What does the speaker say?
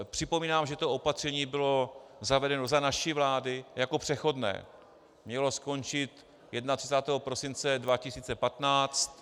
Připomínám, že to opatření bylo zavedeno za naší vlády jako přechodné, mělo skončit 31. prosince 2015.